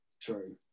True